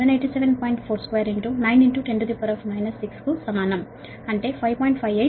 42 9 10 6 కు సమానం అంటే 5